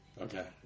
Okay